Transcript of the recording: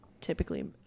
typically